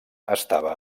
estava